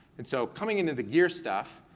and so coming into the gear stuff,